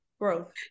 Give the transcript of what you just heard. growth